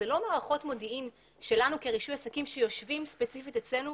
אלה לא מערכות מודיעין שלנו כרישוי עסקים שיושבים ספציפית אצלנו